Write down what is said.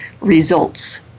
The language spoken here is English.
results